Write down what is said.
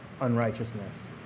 unrighteousness